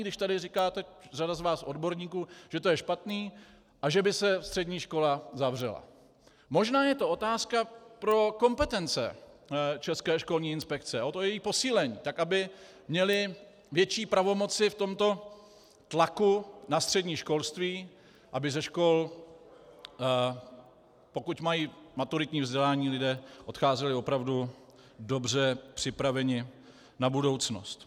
Když tady říká řada z vás odborníků, že to je špatné a že by se střední škola zavřela, možná je to otázka pro kompetence České školní inspekce, o její posílení tak, aby měli větší pravomoci v tomto tlaku na střední školství, aby ze škol, pokud mají maturitní vzdělání, lidé odcházeli opravdu dobře připraveni na budoucnost.